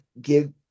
give